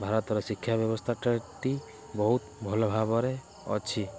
ଭାରତ ଶିକ୍ଷା ବ୍ୟବସ୍ଥାଟା ଟି ବହୁତ ଭଲ ଭାବରେ ଅଛି